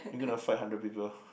you gonna fight hundred people